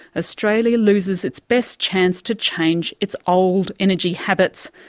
australia loses its best chance to change its old energy habits,